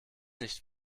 nicht